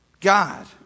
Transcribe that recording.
God